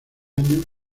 años